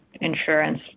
insurance